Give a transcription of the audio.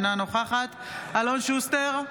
אינה נוכחת אלון שוסטר,